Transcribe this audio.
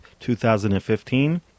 2015